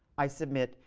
i submit,